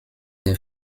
der